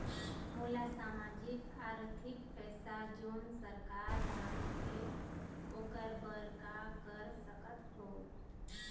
मोला सामाजिक आरथिक पैसा जोन सरकार हर देथे ओकर बर का कर सकत हो?